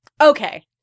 Okay